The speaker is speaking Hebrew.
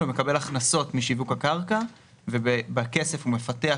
ומקבל הכנסות משיווק הקרקע ובכסף הוא מפתח,